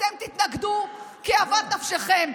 אתם תתנגדו כאוות נפשכם.